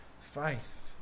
faith